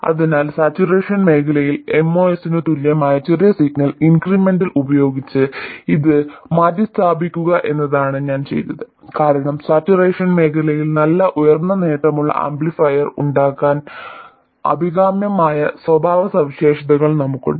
അതിനാൽ സാച്ചുറേഷൻ മേഖലയിൽ MOS ന് തുല്യമായ ചെറിയ സിഗ്നൽ ഇൻക്രിമെന്റൽ ഉപയോഗിച്ച് ഇത് മാറ്റിസ്ഥാപിക്കുക എന്നതാണ് ഞാൻ ചെയ്തത് കാരണം സാച്ചുറേഷൻ മേഖലയിൽ നല്ല ഉയർന്ന നേട്ടമുള്ള ആംപ്ലിഫയർ ഉണ്ടാക്കാൻ അഭികാമ്യമായ സ്വഭാവസവിശേഷതകൾ നമുക്കുണ്ട്